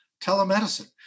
telemedicine